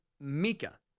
Mika